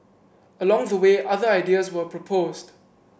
along the way other ideas were proposed